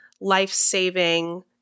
life-saving